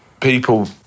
people